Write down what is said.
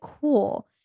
cool